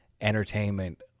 entertainment